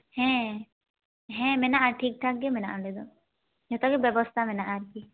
ᱦᱮᱸ ᱦᱮᱸ ᱢᱮᱱᱟᱜᱼᱟ ᱴᱷᱤᱠᱼᱴᱷᱟᱠ ᱜᱮ ᱢᱮᱱᱟᱜᱼᱟ ᱚᱸᱰᱮ ᱫᱚ ᱡᱚᱛᱚ ᱜᱮ ᱵᱮᱵᱚᱥᱛᱟ ᱢᱮᱱᱟᱜᱼᱟ ᱟᱨᱠᱤ